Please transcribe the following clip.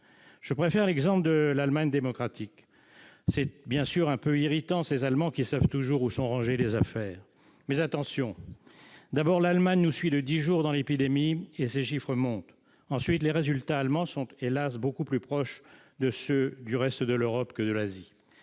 Je préfère l'exemple de l'Allemagne démocratique. C'est bien sûr un peu irritant, ces Allemands qui savent toujours où sont rangées les affaires. Mais attention : d'abord, l'Allemagne nous suit de dix jours dans l'épidémie et ses chiffres montent ; ensuite, les résultats allemands sont, hélas, beaucoup plus proches de ceux du reste de l'Europe que de ceux